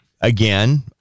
again